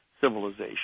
civilization